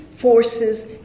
forces